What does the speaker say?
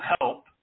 help